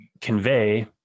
convey